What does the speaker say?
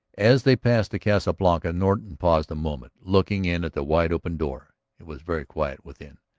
as they passed the casa blanca norton paused a moment, looking in at the wide-open door it was very quiet within,